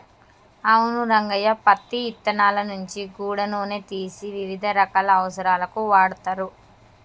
అవును రంగయ్య పత్తి ఇత్తనాల నుంచి గూడా నూనె తీసి వివిధ రకాల అవసరాలకు వాడుతరు